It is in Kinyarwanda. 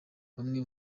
bamwe